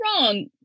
wrong